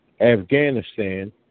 Afghanistan